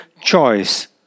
choice